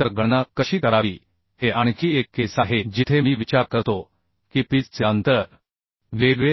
तर गणना कशी करावी हे आणखी एक केस आहे जिथे मी विचार करतो की पिच चे अंतर वेगळे आहे